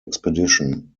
expedition